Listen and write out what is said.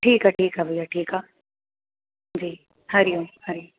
ठीकु आहे ठीकु आहे भैया ठीकु आहे जी हरि ओम हरि ओम